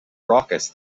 raucous